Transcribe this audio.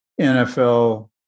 NFL